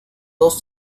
dos